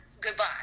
goodbye